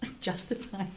justify